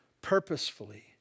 purposefully